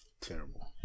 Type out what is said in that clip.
Terrible